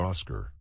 Oscar